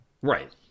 right